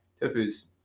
tofu's